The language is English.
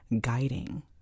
guiding